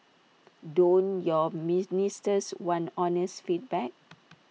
don't your ministers want honest feedback